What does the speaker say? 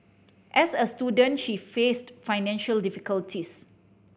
as a student she faced financial difficulties